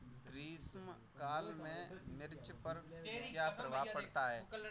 ग्रीष्म काल में मिर्च पर क्या प्रभाव पड़ता है?